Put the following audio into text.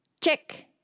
Check